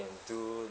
do